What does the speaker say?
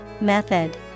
Method